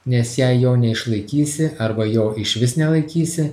nes jei jo neišlaikysi arba jo išvis nelaikysi